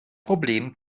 problem